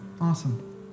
Awesome